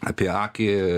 apie akį